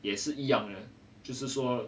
也是一样的就是说